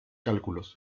cálculos